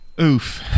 oof